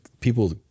people